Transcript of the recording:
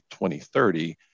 2030